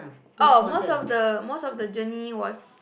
oh most of the most of the journey was